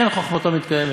אין חוכמתו מתקיימת.